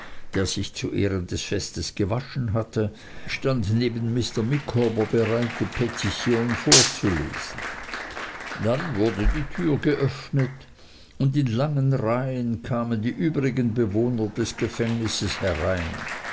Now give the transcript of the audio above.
der sich zu ehren des festes gewaschen hatte stand neben mr micawber bereit die petition vorzulesen dann wurde die tür geöffnet und in langen reihen kamen die übrigen bewohner des gefängnisses herein